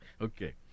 Okay